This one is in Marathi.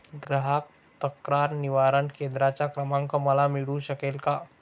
ग्राहक तक्रार निवारण केंद्राचा क्रमांक मला मिळू शकेल का?